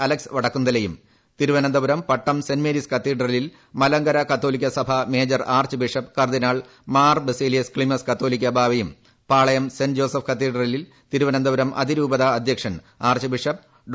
Alex വടക്കുംതലയും തിരുവനന്തപുരം പട്ടം സെന്റ് Mary's കത്തീഡ്രലിൽ മലങ്കര കത്തോലിക്ക സഭാ മേജർ ആർച്ച് ബിഷപ്പ് കർദ്ദിനാൾ മാർ ബസേലിയസ് ക്ലിമിസ് കത്തോലിക്ക ബാവയും പാളയം സെന്റ് ജോസഫ് കത്തീഡ്രലിൽ തിരുവനന്തപുരം അതിരൂപത അധ്യക്ഷൻ ആർച്ച് ബിഷപ്പ് ഡോ